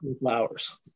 Flowers